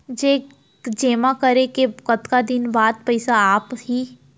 Cheque जेमा करें के कतका दिन बाद पइसा आप ही?